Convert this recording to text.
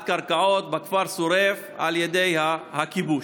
קרקעות בכפר סוריף על ידי הכיבוש.